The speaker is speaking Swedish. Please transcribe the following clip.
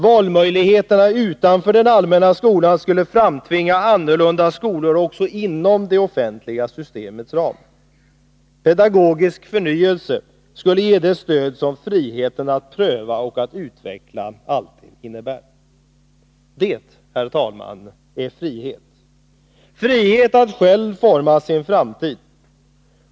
Valmöjligheterna utanför den allmänna skolan skulle framtvinga annorlunda skolor också inom det offentliga systemets ram. Pedagogisk förnyelse skulle ges det stöd som friheten att pröva och att utveckla alltid innebär. Det, herr talman, är frihet — frihet att själv forma sin framtid.